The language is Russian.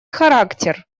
характер